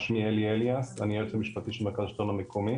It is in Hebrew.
שמי אלי אליאס ואני היועץ המשפטי של מרכז השלטון המקומי